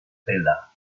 tela